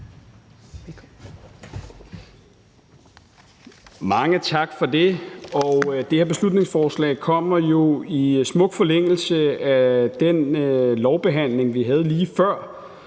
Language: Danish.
Mange tak for det. Det her beslutningsforslag kommer jo i smuk forlængelse af den lovbehandling, vi havde lige før,